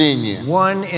One